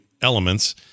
elements